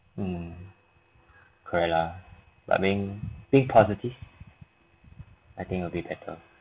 um correct lah but I mean think positive I think will be better